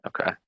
Okay